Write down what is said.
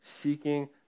seeking